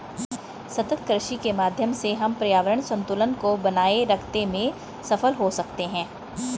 सतत कृषि के माध्यम से हम पर्यावरण संतुलन को बनाए रखते में सफल हो सकते हैं